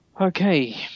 Okay